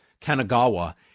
Kanagawa